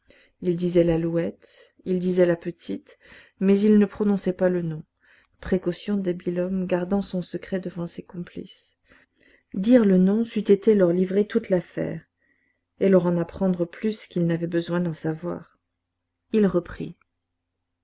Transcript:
il disait l'alouette il disait la petite mais il ne prononçait pas le nom précaution d'habile homme gardant son secret devant ses complices dire le nom c'eût été leur livrer toute l'affaire et leur en apprendre plus qu'ils n'avaient besoin d'en savoir il reprit